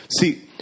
See